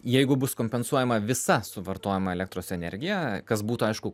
jeigu bus kompensuojama visa suvartojama elektros energija kas būtų aišku